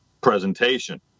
presentation